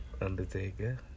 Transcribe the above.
Undertaker